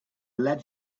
lead